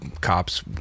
cops